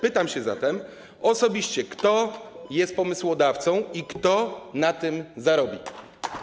Pytam zatem: Osobiście kto jest pomysłodawcą i kto na tym zarobi?